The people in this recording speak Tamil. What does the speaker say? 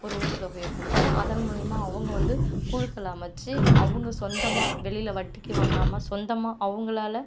ஒரு ஊக்கத்தொகையை கொடுத்து அதன் மூலிமா அவங்க வந்து குழுக்கள் அமைச்சி அவங்க சொந்தமாக வெளியில் வட்டிக்கு வாங்காமல் சொந்தமாக அவங்களால